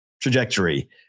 trajectory